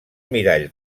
mirall